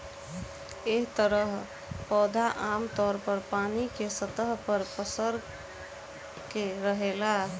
एह तरह पौधा आमतौर पर पानी के सतह पर पसर के रहेला